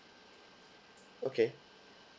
okay